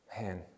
Man